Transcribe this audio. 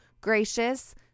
gracious